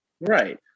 right